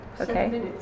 Okay